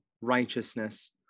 righteousness